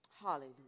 Hallelujah